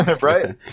Right